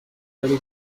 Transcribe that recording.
ari